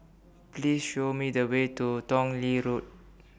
Please Show Me The Way to Tong Lee Road